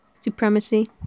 supremacy